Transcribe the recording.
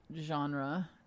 genre